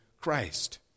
Christ